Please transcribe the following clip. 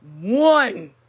One